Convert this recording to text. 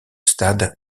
stade